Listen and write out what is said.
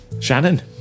Shannon